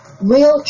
real